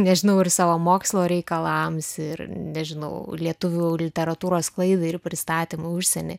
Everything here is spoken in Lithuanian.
nežinau ir savo mokslo reikalams ir nežinau lietuvių literatūros sklaidai ir pristatymui užsieny